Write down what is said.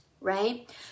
Right